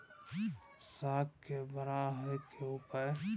साग के बड़ा है के उपाय?